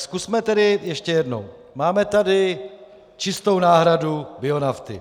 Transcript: Zkusme tedy ještě jednou máme tady čistou náhradu bionafty.